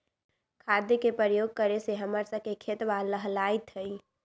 खाद के प्रयोग करे से हम्मर स के खेतवा लहलाईत हई